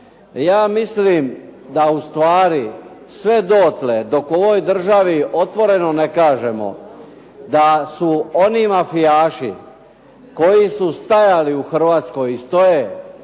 Ja mislim da u stvari sve dotle dok u ovoj državi otvoreno ne kažemo da su oni mafijaši koji su stajali u Hrvatskoj i stoje